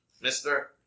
mister